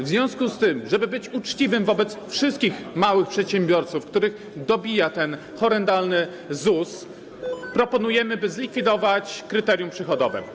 W związku z tym, żeby być uczciwym wobec wszystkich małych przedsiębiorców, których dobija ten horrendalny ZUS, proponujemy, by zlikwidować kryterium przychodowe.